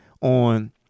on